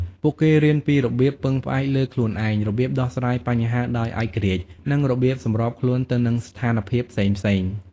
ពួកគេរៀនពីរបៀបពឹងផ្អែកលើខ្លួនឯង របៀបដោះស្រាយបញ្ហាដោយឯករាជ្យ និងរបៀបសម្របខ្លួនទៅនឹងស្ថានភាពផ្សេងៗ។